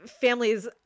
Families